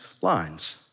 lines